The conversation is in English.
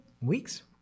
weeks